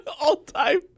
all-time